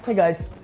guys,